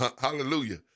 Hallelujah